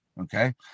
okay